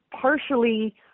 partially